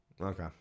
Okay